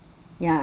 ya